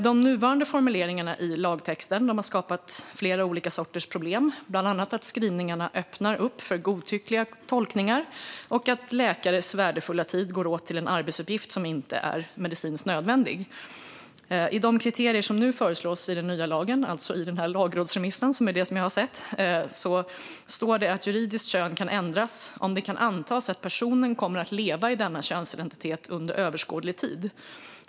De nuvarande formuleringarna i lagtexten har skapat flera olika sorters problem, bland annat att skrivningarna öppnar upp för godtyckliga tolkningar och att läkares värdefulla tid går åt till en arbetsuppgift som inte är medicinskt nödvändig. I de kriterier som nu föreslås i den nya lagen, alltså i lagrådsremissen, står det att juridiskt kön kan ändras om det kan antas att personen kommer att leva i denna könsidentitet under överskådlig tid.